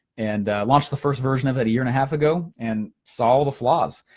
and launched the first version of it a year and a half ago. and saw all the flaws.